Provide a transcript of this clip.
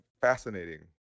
fascinating